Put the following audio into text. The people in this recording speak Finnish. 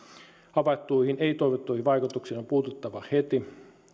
havaittuihin ei toivottuihin vaikutuksiin on puututtava heti